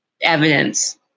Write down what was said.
evidence